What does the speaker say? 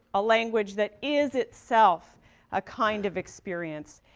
a language that is itself a kind of experience,